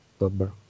number